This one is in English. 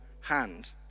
hand